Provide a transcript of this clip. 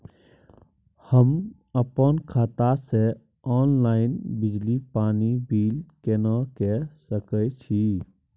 हम अपन खाता से ऑनलाइन बिजली पानी बिल केना के सकै छी?